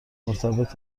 مرتبط